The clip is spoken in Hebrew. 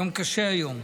יום קשה היום.